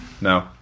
No